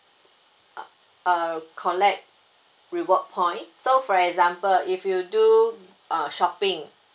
uh collect reward point so for example if you do uh shopping